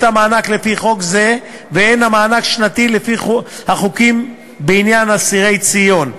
המענק לפי חוק זה ומענק שנתי לפי החוקים בעניין אסירי ציון,